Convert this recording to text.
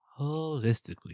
Holistically